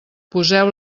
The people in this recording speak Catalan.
poseu